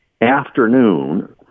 afternoon